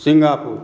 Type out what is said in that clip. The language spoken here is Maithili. सिंगापुर